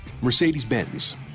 Mercedes-Benz